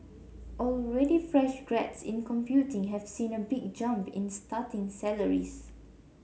already fresh grads in computing have seen a big jump in starting salaries